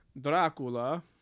Dracula